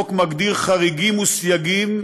החוק מגדיר חריגים וסייגים